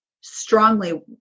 strongly